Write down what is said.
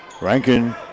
Rankin